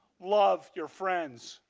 love your friends.